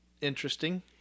interesting